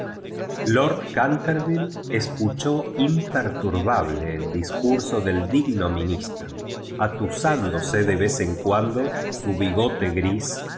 lord cantervjlle escuchó imperturbable el discurso del digno ministro atusándose de vez en cuando su bigote gris